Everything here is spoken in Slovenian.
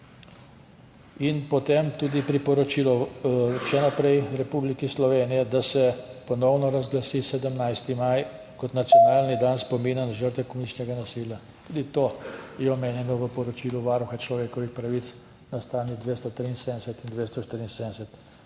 naprej tudi priporočilo Republiki Sloveniji, da se ponovno razglasi 17. maj kot nacionalni dan spomina na žrtve komunističnega nasilja. Tudi to je omenjeno v poročilu Varuha človekovih pravic na straneh 273 in 274.